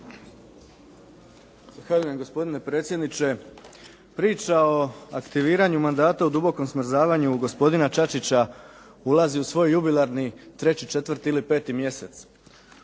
Zahvaljujem gospodine predsjedniče. Priča o aktiviranju mandata, o dubokom smrzavanju gospodina Čačića ulazi u svoj jubilarni treći, četvrti ili peti mjesec.